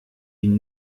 ihn